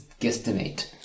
guesstimate